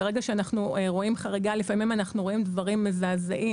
ברגע שאנחנו רואים חריגה ולפעמים אנחנו רואים דברים מזעזעים.